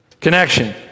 connection